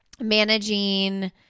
managing